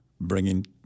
bringing